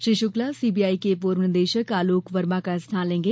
Shri Shukla CBI के पूर्व निदेशक आलोक वर्मा का स्थान लेंगे